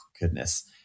goodness